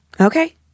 Okay